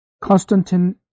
Constantine